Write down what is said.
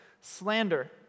slander